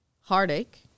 heartache